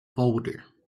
folder